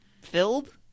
filled